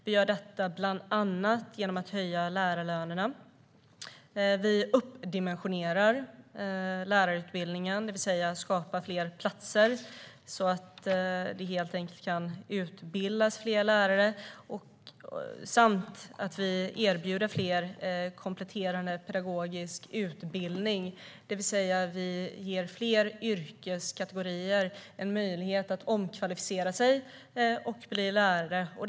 Vi gör detta bland annat genom att höja lärarlönerna. Vi dimensionerar också upp lärarutbildningen, det vill säga skapar fler platser så att vi helt enkelt kan utbilda fler lärare. Vi erbjuder dessutom fler en kompletterande pedagogisk utbildning, det vill säga ger fler yrkeskategorier en möjlighet att omskola sig och bli lärare.